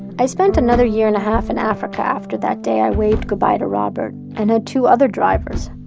i spent another year-and-a-half in africa after that day i waved goodbye to robert, and had two other drivers,